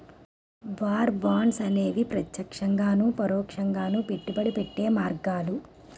war bonds అనేవి ప్రత్యక్షంగాను పరోక్షంగాను పెట్టుబడి పెట్టే మార్గాలు